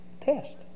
test